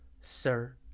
Sir